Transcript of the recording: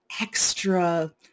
extra